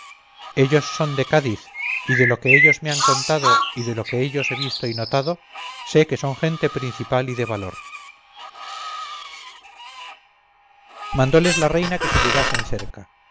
ellos son de cádiz y de lo que ellos me han contado y de lo que en ellos he visto y notado sé que son gente principal y de valor mandóles la reina que se llegasen cerca